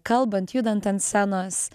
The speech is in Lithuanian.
kalbant judant ant scenos